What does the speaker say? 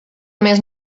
més